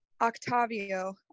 Octavio